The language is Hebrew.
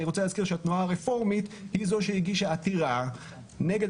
אני רוצה להזכיר שהתנועה הרפורמית היא זו שהגישה עתירה נגד